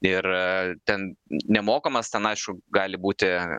ir ten nemokamas ten aišku gali būti